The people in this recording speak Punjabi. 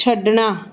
ਛੱਡਣਾ